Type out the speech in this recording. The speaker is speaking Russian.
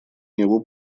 него